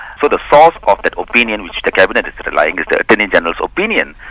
so the source of that opinion which the cabinet is relying the attorney-general's opinion,